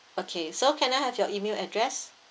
okay so can I have your email address